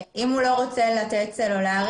אם הוא לא רוצה לתת מספר סלולרי